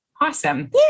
Awesome